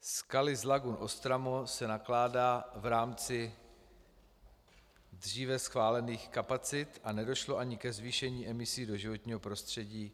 S kaly z lagun Ostramo se nakládá v rámci dříve schválených kapacit a nedošlo ani ke zvýšení emisí do životního prostředí.